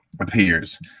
appears